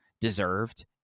deserved